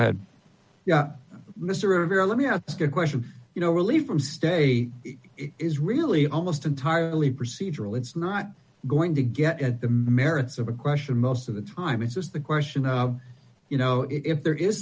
ahead yeah mr avila let me ask a question you know relief from state is really almost entirely procedural it's not going to get at the merits of a question most of the time it's just a question of you know if there is